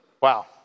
Wow